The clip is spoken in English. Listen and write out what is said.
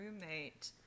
roommate